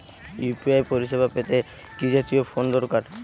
UPI পরিসেবা পেতে কি জাতীয় ফোন দরকার?